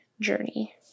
journey